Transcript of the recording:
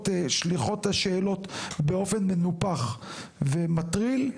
שליחת השאלות באופן מנופח ומטריל,